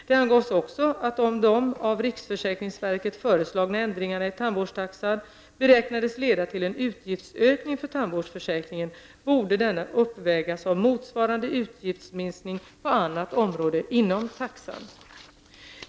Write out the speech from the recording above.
Det angavs också att om de av riksförsäkringsverket föreslagna ändringarna i tandvårdstaxan beräknades leda till en utgiftsökning för tandvårdsförsäkringen borde denna uppvägas av motsvarande utgiftsminskning på annat område inom taxan.